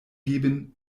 geben